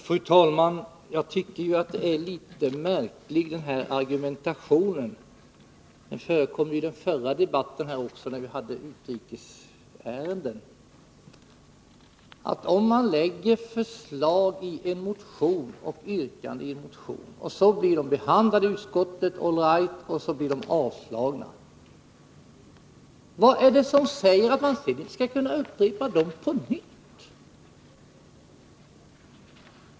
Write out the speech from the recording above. Fru talman! Den här argumentationen är litet märklig. Den förekom också i den förra debatten, när vi hade ett utrikesärende. Man lägger fram ett yrkande i en motion, som behandlas i utskottet och blir avstyrkt, O.K. Men vad är det som säger att man sedan inte skall kunna upprepa det?